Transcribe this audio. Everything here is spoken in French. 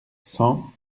cent